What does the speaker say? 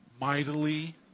mightily